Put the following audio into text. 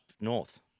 north